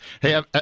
Hey